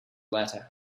latter